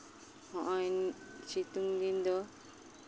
ᱦᱚᱜᱼᱚᱸᱭ ᱥᱤᱛᱩᱝ ᱫᱤᱱ ᱫᱚ